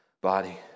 body